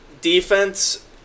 defense